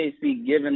giving